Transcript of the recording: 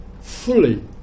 fully